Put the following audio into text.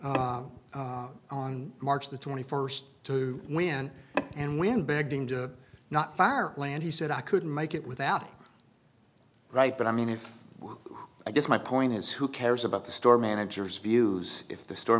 surprise on march the twenty first to when and when begging to not fire land he said i could make it without right but i mean if i guess my point is who cares about the store managers views if the store